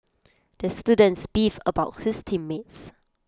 the student beefed about his team mates